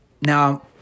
Now